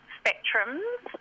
spectrums